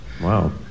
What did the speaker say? Wow